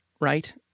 right